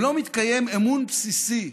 אם לא מתקיים אמון בסיסי,